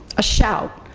a shout,